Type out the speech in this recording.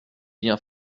liens